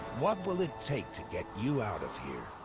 what will it take to get you out of here?